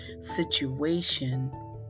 situation